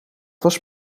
was